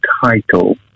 title